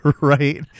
Right